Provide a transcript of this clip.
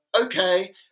okay